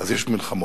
יש מלחמות.